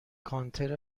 کانتر